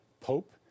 Pope